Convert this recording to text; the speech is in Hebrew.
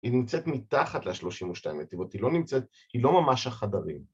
‫היא נמצאת מתחת לשלושים ושתיים נתיבות, ‫היא לא נמצאת, היא לא ממש על חדרים.